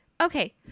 Okay